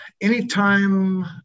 anytime